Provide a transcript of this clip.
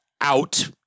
out